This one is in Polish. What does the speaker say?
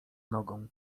nogą